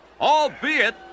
albeit